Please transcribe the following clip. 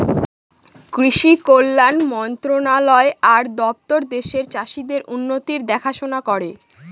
কৃষি কল্যাণ মন্ত্রণালয় আর দপ্তর দেশের চাষীদের উন্নতির দেখাশোনা করে